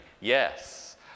Yes